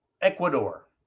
Ecuador